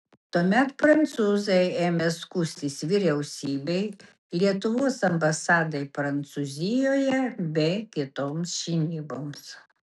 tuomet prancūzai ėmė skųstis vyriausybei lietuvos ambasadai prancūzijoje bei kitoms žinyboms